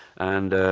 and